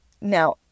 now